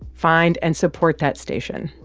find and support that station.